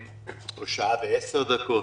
או שעה ועשר דקות.